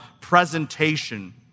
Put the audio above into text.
presentation